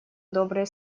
добрые